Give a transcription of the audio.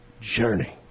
Journey